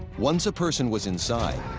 once a person was inside,